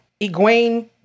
Egwene